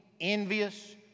envious